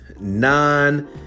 nine